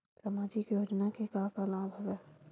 सामाजिक योजना के का का लाभ हवय?